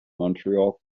montreal